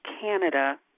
Canada